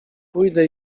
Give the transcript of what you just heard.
pójdę